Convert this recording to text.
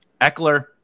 Eckler